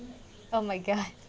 oh my god